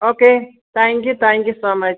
okay thank you thank you so much